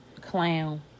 clown